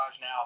now